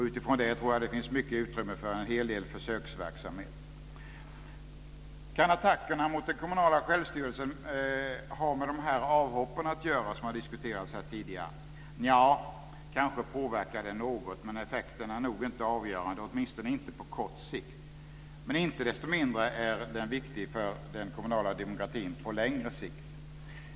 Utifrån det tror jag att det finns mycket utrymme för en hel del försöksverksamhet. Kan attackerna mot den kommunala självstyrelsen ha att göra med de avhopp som har diskuterats här tidigare? Nja, kanske påverkar de något, men effekterna är nog inte avgörande, åtminstone inte på kort sikt. Men inte desto mindre är de viktiga för den kommunala demokratin på längre sikt.